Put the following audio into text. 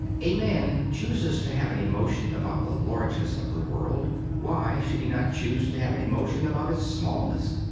a man chooses to have an emotion about the largeness of the world why should he not choose to have an emotion about its smallness?